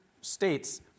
states